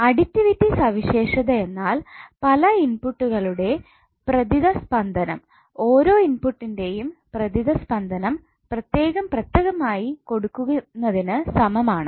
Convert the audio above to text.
additivity സവിശേഷത എന്നാൽ പല ഇൻപുട്ടുകളുടെ പ്രതിതസ്പന്ദനം ഓരോ ഇൻപുട്ട്ന്റെയും പ്രതിസ്പന്ദംനം പ്രത്യേകം പ്രത്യേകമായി കൊടുക്കുന്നതിന് സമമാണ്